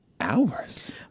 hours